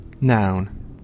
noun